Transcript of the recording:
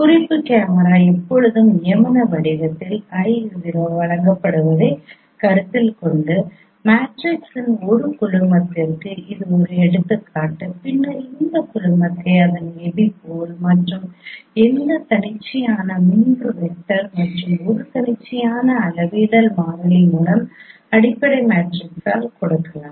குறிப்பு கேமரா எப்போதும் நியமன வடிவத்தில் I|0 வழங்கப்படுவதைக் கருத்தில் கொண்டு மேட்ரிக்ஸின் ஒரு குழுமத்திற்கு இது ஒரு எடுத்துக்காட்டு பின்னர் இந்த குழுமத்தை அதன் எபிபோல் மற்றும் எந்த தன்னிச்சையான 3 வெக்டர் மற்றும் ஒரு தன்னிச்சையான அளவிடல் மாறிலி மூலம் அடிப்படை மேட்ரிக்ஸால் கொடுக்கலாம்